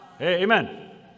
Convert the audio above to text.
amen